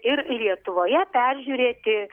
ir lietuvoje peržiūrėti